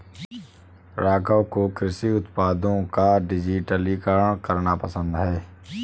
राघव को कृषि उत्पादों का डिजिटलीकरण करना पसंद है